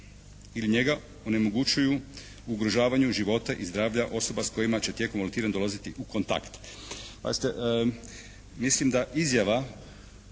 ili njega onemogućuju u ugrožavanju života i zdravlja osoba s kojima će tijekom volontiranja dolaziti u kontakt. Pazite, mislim da izjava